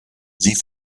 sie